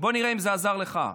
בוא נראה אם זה עזר לך.